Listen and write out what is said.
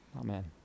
Amen